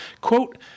Quote